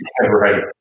Right